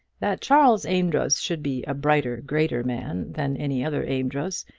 that charles amedroz should be a brighter, greater man than any other amedroz,